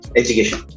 education